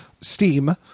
steam